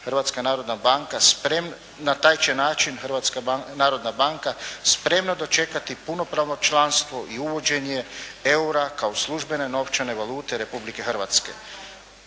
Hrvatska narodna banka spremno dočekati punopravno članstvo i uvođenje eura kao službene novčane valute Republke Hrvatske,